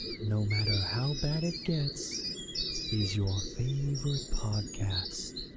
no matter how bad it gets is your favorite podcast.